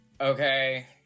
okay